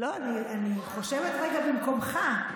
אני חושבת רגע במקומך.